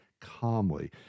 calmly